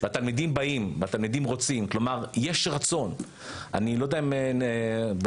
יש כאלה גם משלבים משפטים,